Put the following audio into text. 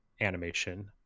animation